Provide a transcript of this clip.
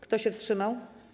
Kto się wstrzymał?